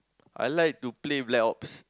I like to play black ops